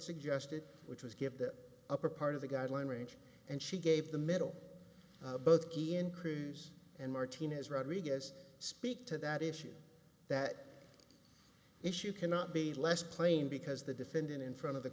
suggested which was give the upper part of the guideline range and she gave the middle both key in cruise and martinez rodriguez speak to that that issue issue cannot be less plain because the defendant in front of the